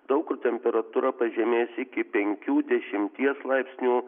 daug kur temperatūra pažemės iki penkių dešimties laipsnių